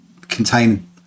contain